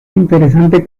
interesante